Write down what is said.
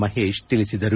ಮಹೇಶ್ ತಿಳಿಸಿದರು